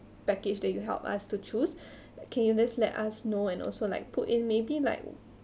package that you help us to choose can you just let us know and also like put in maybe like